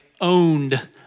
owned